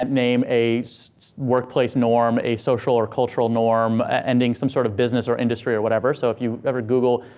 and name a so workplace norm, a social or cultural norm, ending some sort of business or industry or whatever. so if you ever google,